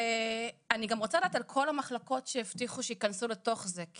ואני גם רוצה לדעת על כל המחלקות שהבטיחו שייכנסו לתוך זה.